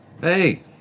Hey